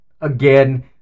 again